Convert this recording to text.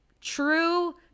true